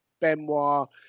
Benoit